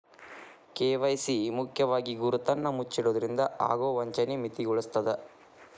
KYC ಮುಖ್ಯವಾಗಿ ಗುರುತನ್ನ ಮುಚ್ಚಿಡೊದ್ರಿಂದ ಆಗೊ ವಂಚನಿ ಮಿತಿಗೊಳಿಸ್ತದ